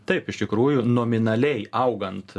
taip iš tikrųjų nominaliai augant